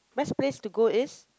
best place to go is